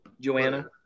Joanna